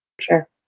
Sure